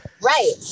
right